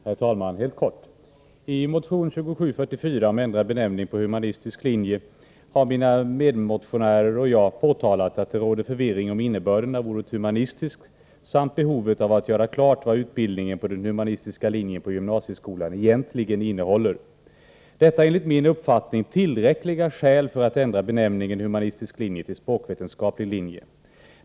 Herr talman! I motion 2744 om ändrad benämning på humanistisk linje har mina medmotionärer och jag påtalat att det råder förvirring om innebörden av ordet humanistisk samt uppmärksammat behovet att göra klart vad utbildningen på den humanistiska linjen på gymnasieskolan egentligen innehåller. Detta är enligt min uppfattning tillräckliga skäl för att ändra benämningen humanistisk linje till språkvetenskaplig linje.